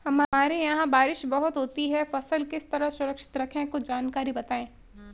हमारे यहाँ बारिश बहुत होती है फसल किस तरह सुरक्षित रहे कुछ जानकारी बताएं?